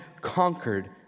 conquered